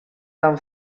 tan